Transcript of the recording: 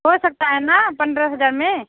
हो सकता है ना पन्द्रह हजार में